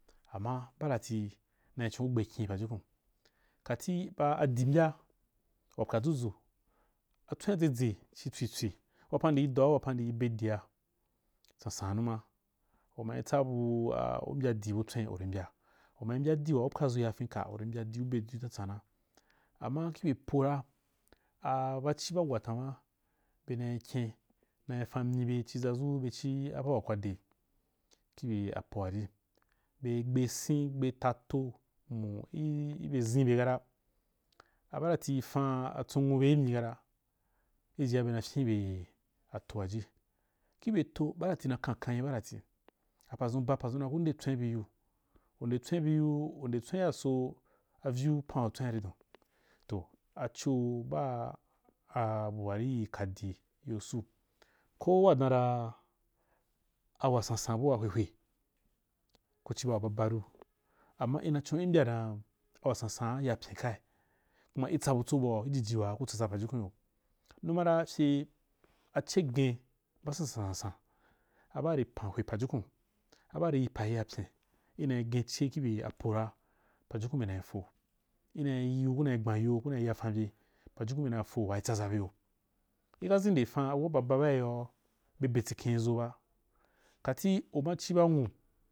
Amma badari na chonu’ugbe kin pajukun kati baa addim ba wap wazuzui atswena dzye dzye wapan ndii doa wapan ndii be diasan san nuwma nmai tsubu-a u-mbyadi butsuewen uri mbya umai mbyadi waa upwazu ya kenka uri mbyadia bediu sansan’an amma kibye pora a-bachi buawatama bemaikyen nai ran mibe zube zhii abawa kwasde kibye apoari bei gbesin bei tato mo-i-ibezinbe kata, abadati ikana atsun wube imyi kata ijiji bena ryebe-ata- aji kibye to badari na khakha yi badati, apazun ba pazun dan ku ndetsen biyu, u ndetswen bi yu u udentswen ya so anyu acho-baa abvari yi katsi besu ko wa danraa-awasansan be hwe, kuchi baa babaru amma iaxhon mbya da’a bua sansaaa’a yapyin kau kuma utsabutso bau ijijia waaku tsaza pajukunyo numara rye axhegen basabsab sabsab abaari po ajukan abaari yi pa ayapa ina genxhe kibye apora pajukan benako ina yiu kuna gbanya kuna yaranbye pajukaa bena zende kan abu ba baba baa hara be betsikheni zo ba, kati uma chiba uwa